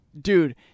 dude